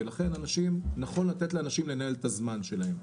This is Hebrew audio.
ולכן נכון לתת לאנשים לנהל את הזמן שלהם.